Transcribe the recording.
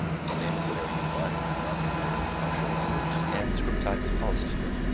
you can name it whatever you'd like. it's obviously the powershell language, and script type is policy script.